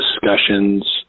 discussions